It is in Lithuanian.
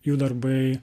jų darbai